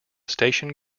station